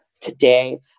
today